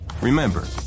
Remember